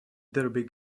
derby